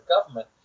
government